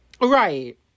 Right